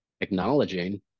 acknowledging